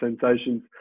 sensations